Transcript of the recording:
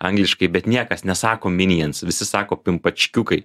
angliškai bet niekas nesako minjens visi sako pimpačkiukai